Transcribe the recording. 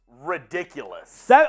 ridiculous